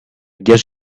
guess